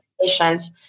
patients